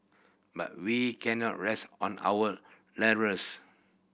but we cannot rest on our laurels